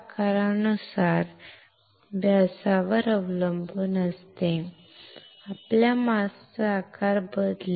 तर वेफरच्या आकारानुसार वेफरच्या व्यासावर अवलंबून आपल्या मास्क चा आकार बदलेल